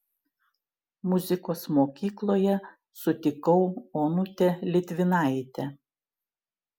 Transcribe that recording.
muzikos mokykloje sutikau onutę litvinaitę